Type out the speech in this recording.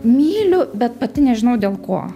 myliu bet pati nežinau dėl ko